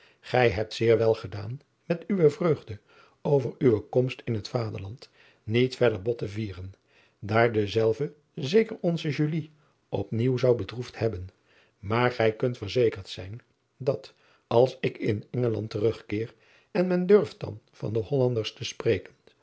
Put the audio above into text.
ij hebt zeer wel gedaan met uwe vreugde over uwe komst in het vaderland niet verder bot te vieren daar dezelve zeker onze op nieuw zou bedroefd hebben maar gij kunt verzekerd zijn dat als ik in ngeland terugkeer en men durft dan van de olanders te spreken